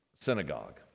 synagogue